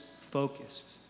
focused